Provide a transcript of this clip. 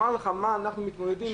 הנושא הוא גורלי,